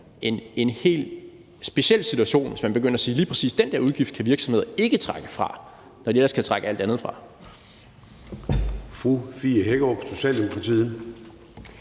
en helt speciel situation, hvis man begyndte at sige, at lige præcis den der udgift kan virksomheder ikke trække fra, når de ellers kan trække alt andet fra.